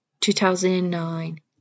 2009